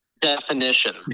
Definition